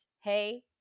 hey